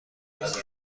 رفتیم